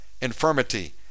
infirmity